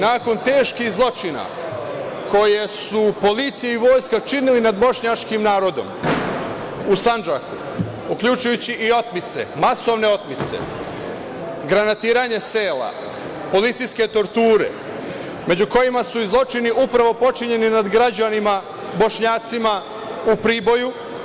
Nakon teških zločina koje su policiji i vojska činili nad bošnjačkim narodom u Sandžaku, uključujući i otmice, masovne otmice, granatiranje sela, policijske torture, među kojima su i zločini upravo počinjeni nad građanima, bošnjacima u Priboju.